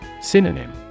Synonym